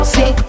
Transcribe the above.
See